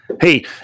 hey